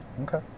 Okay